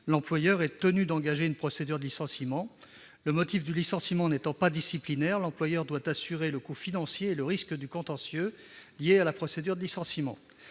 l'employeur est tenu d'engager une procédure de licenciement. Le motif du licenciement n'étant pas disciplinaire, l'employeur doit assumer le coût financier et le risque de contentieux liés à la procédure de licenciement.